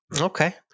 Okay